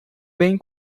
bem